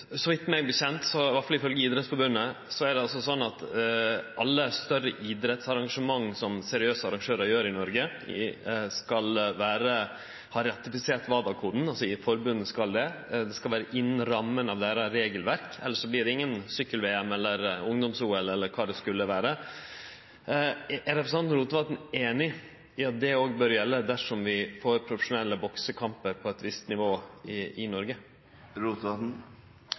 Så vidt eg veit, iallfall ifølgje Idrettsforbundet, er det altså sånn at alle større idrettsarrangement som seriøse arrangørar står for i Noreg, skal ha ratifisert WADA-koden – altså forbundet skal det. Det skal vere innanfor ramma av deira regelverk, elles vert det ikkje noko sykkel-VM eller ungdoms-OL eller kva det skulle vere. Er representanten Rotevatn einig i at det òg bør gjelde dersom vi får profesjonelle boksekampar på eit visst nivå i Noreg? Eg er heilt einig i